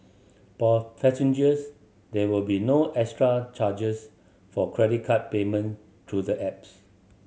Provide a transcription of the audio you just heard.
passengers there will be no extra charges for credit card payment through the apps